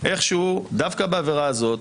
איכשהו דווקא בעבירה הזאת,